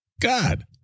god